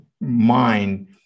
mind